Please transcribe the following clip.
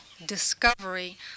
discovery